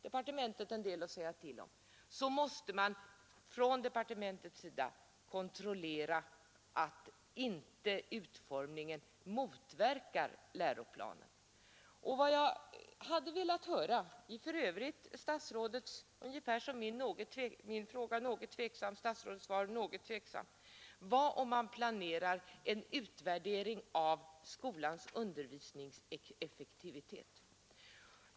möjligheterna också har en del att säga till om — måste kontrollera att inte att driva enskilda utformningen av skolan motverkar läroplanens krav. skolor Vad jag hade velat få besked om i svaret — statsrådets svar var tveksamt — var om man planerar en utvärdering av skolans undervisningseffektivitet.